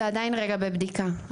זה עדיין רגע בבדיקה.